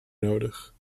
nodig